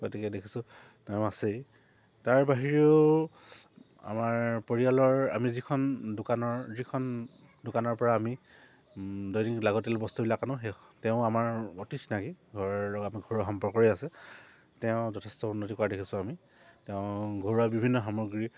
গতিকে দেখিছোঁ তেওঁ আছেই তাৰ বাহিৰেও আমাৰ পৰিয়ালৰ আমি যিখন দোকানৰ যিখন দোকানৰপৰা আমি দৈনিক লাগতিয়াল বস্তুবিলাক আনো সেই তেওঁ আমাৰ অতি চিনাকি ঘৰৰ লগত আমি ঘৰুৱা সম্পৰ্কৰে আছে তেওঁ যথেষ্ট উন্নতি কৰা দেখিছোঁ আমি তেওঁ ঘৰুৱা বিভিন্ন সামগ্ৰী